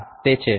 હા તે છે